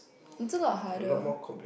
it's a lot harder